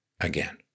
again